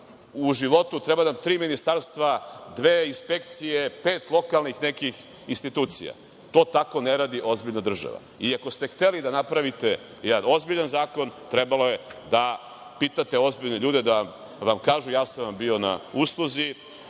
u životu, treba nam tri ministarstva, dve inspekcije, pet lokalnih nekih institucija. To tako ne radi ozbiljna država. Ako ste hteli da napravite jedan ozbiljan zakon trebalo je da pitate ozbiljne ljude da vam kažu. Bio sam vam na usluzi,